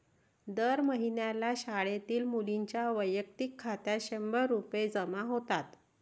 दर महिन्याला शाळेतील मुलींच्या वैयक्तिक खात्यात शंभर रुपये जमा होतात